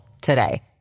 today